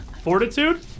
Fortitude